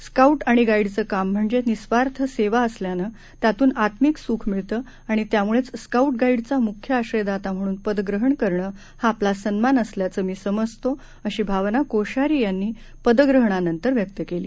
scout आणि गाईडचं काम म्हणजे निस्वार्थ सेवा असल्यानं त्यातून आत्मिक स्ख मिळतं आणि त्याम्ळेच स्काऊट गाईडचा म्ख्य आश्रयदाता म्हणून पद ग्रहण करणं हा आपला सन्मान असल्याचं मी समजतो अशी भावना कोश्यारी यांनी पदग्रहणानंतर व्यक्त केली